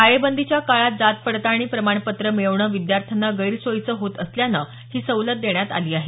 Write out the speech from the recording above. टाळेबंदीच्या काळात जात पडताळणी प्रमाणपत्र मिळवणं विद्यार्थ्यांना गैरसोयीचं होत असल्यानं ही सवलत देण्यात आलेली आहे